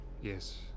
yes